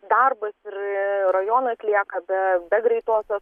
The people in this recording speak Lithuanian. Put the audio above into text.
darbas ir rajonas lieka be be greitosios